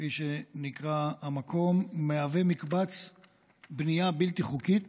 כפי שנקרא המקום, מהווה מקבץ בנייה בלתי חוקית